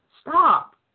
stop